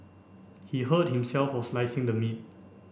he hurt himself while slicing the meat